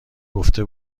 گفته